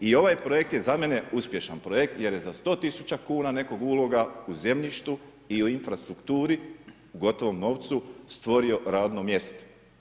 I ovaj projekt je za mene uspješan projekt jer je za 100 tisuća kuna nekog uloga u zemljištu i infrastrukturi u gotovom novcu stvorio radno mjesto.